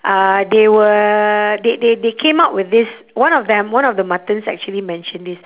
uh they were they they they came up with this one of them one of the muttons actually mentioned this